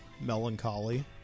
melancholy